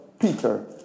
Peter